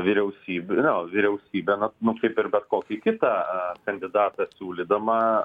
vyriausybė nu vyriausybė nu nu kaip ir bet kokį kitą kandidatą siūlydama